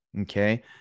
okay